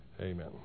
Amen